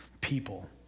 people